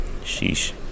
Sheesh